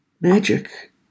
Magic